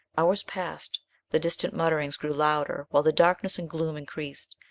hours passed the distant mutterings grew louder, while the darkness and gloom increased,